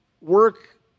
work